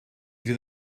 fydd